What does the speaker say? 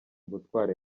gutwara